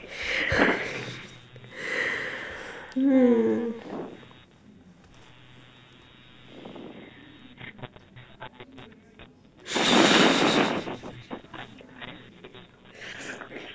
hmm